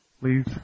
please